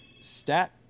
stat